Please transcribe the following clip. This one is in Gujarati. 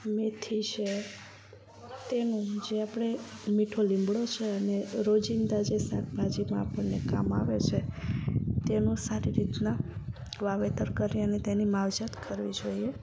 મેથી છે તેનું જે આપણે મીઠો લીમડો છે અને રોજિંદા જે શાકભાજીમાં આપણને કામ આવે છે તેનું સારી રીતનાં વાવેતર કરી અને તેની માવજત કરવી જોઈએ